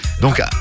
Donc